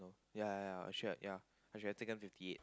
ya ya ya I should ya I should have taken fifty eight